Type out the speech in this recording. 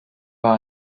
war